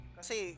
Kasi